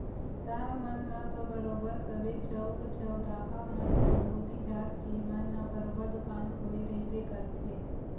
सहर मन म तो बरोबर सबे चउक चउराहा मन म धोबी जात के मन ह बरोबर दुकान खोले रहिबे करथे